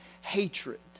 hatred